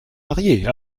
mariés